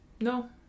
No